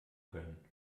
können